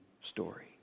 story